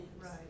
Right